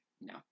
No